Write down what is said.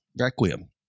Requiem